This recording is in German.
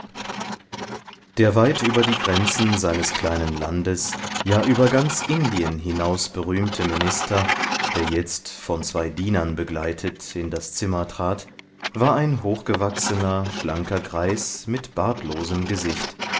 der weit über die grenzen seines kleinen landes ja über ganz indien hinaus berühmte minister der jetzt von zwei dienern begleitet in das zimmer trat war ein hochgewachsener schlanker greis mit bartlosem gesicht